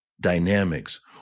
dynamics